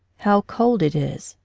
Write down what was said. how cold it is,